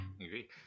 agree